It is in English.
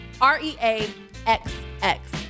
R-E-A-X-X